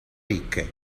ricche